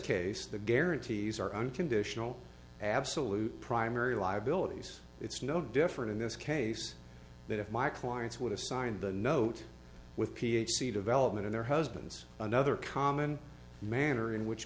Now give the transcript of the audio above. case the guarantees are unconditional absolute primary liabilities it's no different in this case that if my clients would assign the note with p h c development in their husbands another common manner in which